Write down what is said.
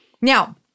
Now